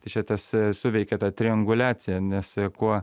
tai čia tas suveikė ta trianguliacija nes kuo